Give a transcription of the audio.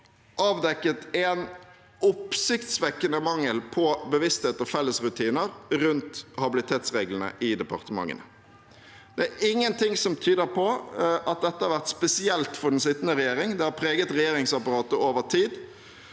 avdekket en oppsiktsvekkende mangel på bevissthet og felles rutiner rundt habilitetsreglene i departementene. Det er ingenting som tyder på at dette har vært spesielt for den sittende regjering. Det har preget regjeringsapparatet over tid.